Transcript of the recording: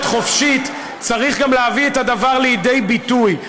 חופשית צריך גם להביא את הדבר לידי ביטוי.